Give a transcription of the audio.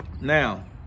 now